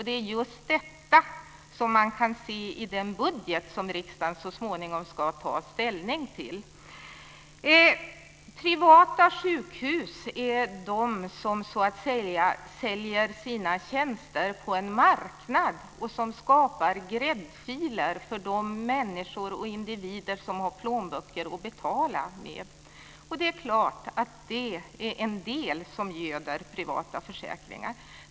Det är just detta som man kan se i den budget som riksdagen så småningom ska ta ställning till. Privata sjukhus säljer sina tjänster på en marknad. Det skapar gräddfiler för de människor som har plånböcker att betala med. Det är klart att det är en del av det som göder privata försäkringar.